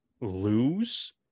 lose